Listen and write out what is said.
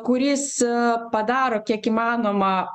kuris padaro kiek įmanoma